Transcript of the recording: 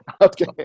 Okay